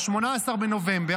ב-18 בנובמבר,